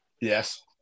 Yes